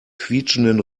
quietschenden